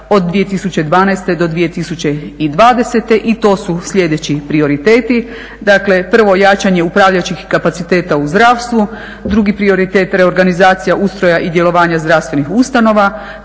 od 2012. do 2020. i to su sljedeći prioriteti. Dakle prvo jačanje upravljačkih kapaciteta u zdravstvu, drugi prioritet reorganizacija ustroja i djelovanja zdravstvenih ustanova,